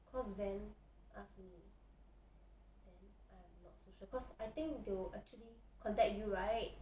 cause van asks me then I'm not so sure cause I think they will actually contact you right